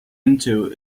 into